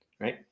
right